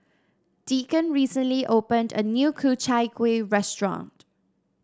Deacon recently opened a new Ku Chai Kueh restaurant